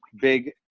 big